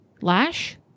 lash